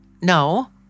No